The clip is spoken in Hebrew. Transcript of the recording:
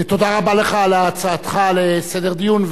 תודה רבה לך על הצעתך לסדר הדיון,